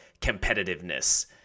competitiveness